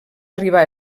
arribar